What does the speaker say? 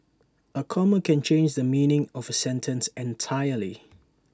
A comma can change the meaning of A sentence entirely